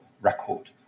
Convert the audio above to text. record